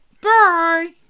Bye